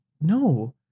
No